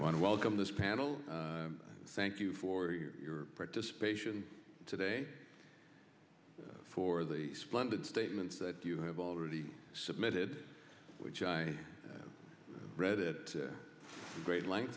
to welcome this panel thank you for your participation today for the splendid statements that do you have already submitted which i read it to great length